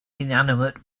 inanimate